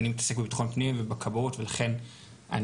אני מתעסק בביטחון פנים ובכבאות ולכן אני